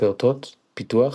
פעוטות - פיתוח,